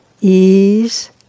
ease